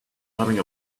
having